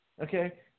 Okay